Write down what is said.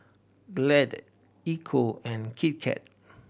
Glade Ecco and Kit Kat